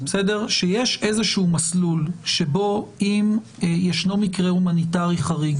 שיש איזשהו מסלול בו אפשר לפעול אם יש מקרה הומניטרי חריג